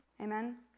Amen